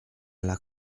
alla